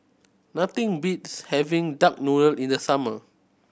nothing beats having duck noodle in the summer